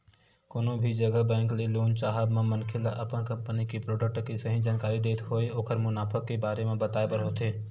कोनो भी जघा बेंक ले लोन चाहब म मनखे ल अपन कंपनी के प्रोजेक्ट के सही जानकारी देत होय ओखर मुनाफा के बारे म बताय बर होथे